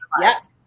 Yes